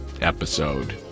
episode